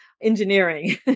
engineering